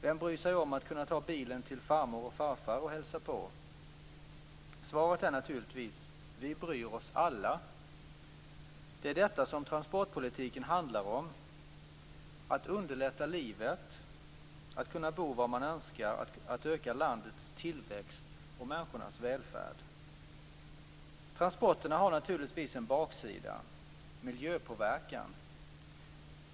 Vem bryr sig om att kunna ta bilen till farmor och farfar och hälsa på? Svaret är naturligtvis: Vi bryr oss alla! Det är detta som transportpolitiken handlar om: att underlätta livet, att kunna bo var man önskar, att öka landets tillväxt och människornas välfärd. Transporterna har naturligtvis en baksida: miljöpåverkan.